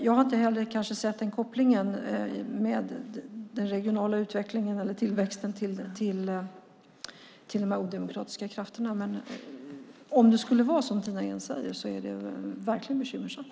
Jag har kanske inte sett kopplingen mellan den regionala utvecklingen eller tillväxten och dessa odemokratiska krafter, men om det skulle vara som Tina Ehn säger är det verkligen bekymmersamt.